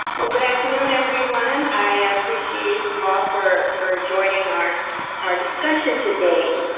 well, good afternoon, everyone. i appreciate you all for for joining our our discussion today.